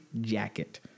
jacket